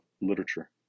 literature